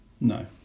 no